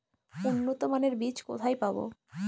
উন্নতমানের বীজ কোথায় পাব?